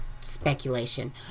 speculation